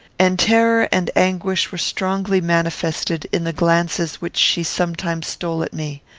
and terror and anguish were strongly manifested in the glances which she sometimes stole at me.